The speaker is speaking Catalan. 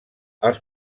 els